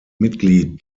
mitglied